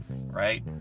right